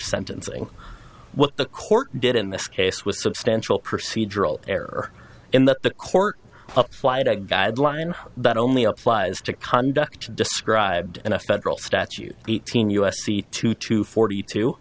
sentencing what the court did in this case was substantial procedural error in the court up flight a guideline that only applies to conduct described in a federal statute eighteen u s c two to forty two